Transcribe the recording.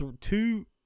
two